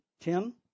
tim